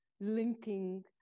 linking